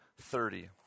thirty